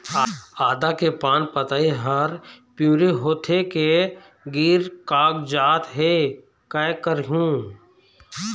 आदा के पान पतई हर पिवरी होथे के गिर कागजात हे, कै करहूं?